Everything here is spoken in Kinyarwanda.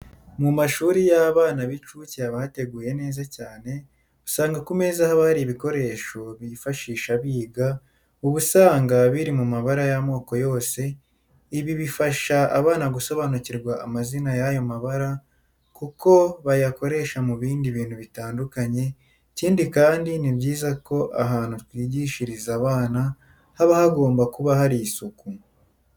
Mu mashuri y'abana b'incuke haba hateguye neza cyane, usanga ku meza haba hariho ibikoresho bifashisha biga, uba usanga biri mu mabara y'amoko yose, ibi bifasha abana gusobanukirwa amazina y'ayo mabara kuko bayakoresha mu bindi bintu bitandukanye, ikindi kandi ni byiza ko ahantu twigishiriza abana haba hagomba kuba hari isuku.